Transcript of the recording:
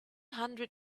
hundred